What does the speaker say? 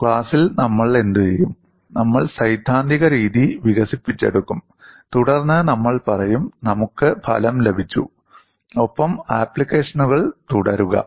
ക്ലാസ്സിൽ നമ്മൾ എന്തുചെയ്യും നമ്മൾ സൈദ്ധാന്തിക രീതി വികസിപ്പിച്ചെടുക്കും തുടർന്ന് നമ്മൾ പറയും നമുക്ക് ഫലം ലഭിച്ചു ഒപ്പം ആപ്ലിക്കേഷനുകൾ തുടരുക